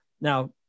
Now